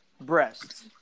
breasts